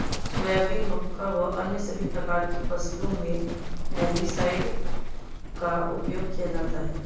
soybean, मक्का व अन्य सभी प्रकार की फसलों मे हेर्बिसाइड का उपयोग किया जाता हैं